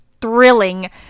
thrilling